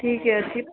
ଠିକ୍ ଅଛି